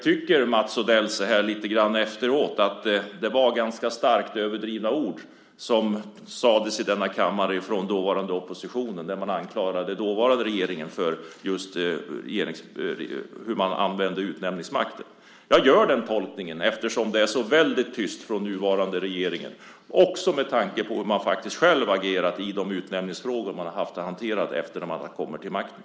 Tycker Mats Odell så här lite efteråt att det var ganska starkt överdrivna ord som uttrycktes i denna kammare av den dåvarande oppositionen, som riktade anklagelser mot oss i den dåvarande regeringen för hur vi använde utnämningsmakten? Jag gör den tolkningen eftersom det är så väldigt tyst från den nuvarande regeringen, också med tanke på hur man faktiskt själv agerat i de utnämningsfrågor man har haft att hantera efter att man kommit till makten.